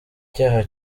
icyaha